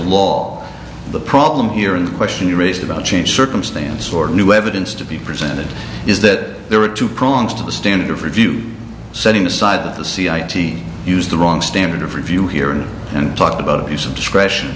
law the problem here in the question you raised about change circumstances or new evidence to be presented is that there are two prongs to the standard review setting aside that the cia team used the wrong standard of review here and and talked about abuse of discretion